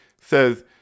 says